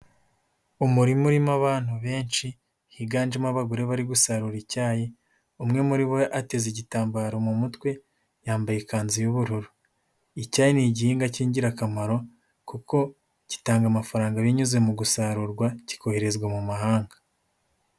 Umurima urimo abantu benshi, higanjemo abagore bari gusarura icyayi, umwe muri bo ateze igitambaro mu mutwe, yambaye ikanzu y'ubururu, icyayi ni igihingwa cy'ingirakamaro kuko gitanga amafaranga binyuze mu gusarurwa kikoherezwa mu mahanga.